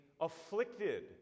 afflicted